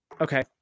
okay